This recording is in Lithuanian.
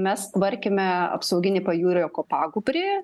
mes tvarkėme apsauginį pajūrio kopagūbrį